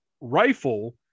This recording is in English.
rifle